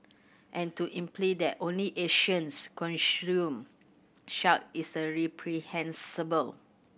and to imply that only Asians consume shark is a reprehensible